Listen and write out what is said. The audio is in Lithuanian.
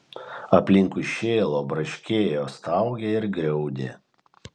aplinkui šėlo braškėjo staugė ir griaudė